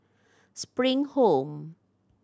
Spring Home